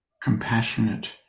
compassionate